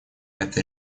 это